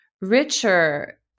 richer